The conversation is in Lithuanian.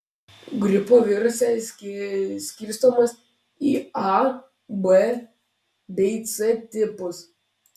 gripo virusas skirstomas į a b bei c tipus